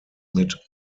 mit